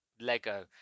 Lego